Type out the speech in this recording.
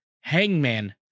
hangman